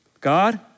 God